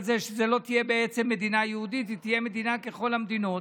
זה שזו לא תהיה בעצם מדינה יהודית אלא תהיה מדינה ככל המדינות,